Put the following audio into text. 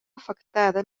afectada